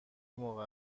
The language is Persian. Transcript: موقع